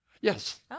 Yes